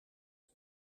het